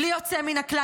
בלי יוצא מן הכלל,